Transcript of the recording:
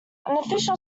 official